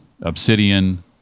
obsidian